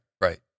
right